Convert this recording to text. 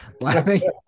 laughing